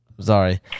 Sorry